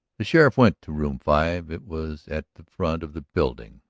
the sheriff went to room five. it was at the front of the building,